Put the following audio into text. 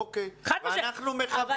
אבל,